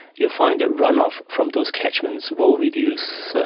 you'll find that runoff from those catchments will reduce,